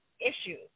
issues